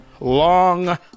long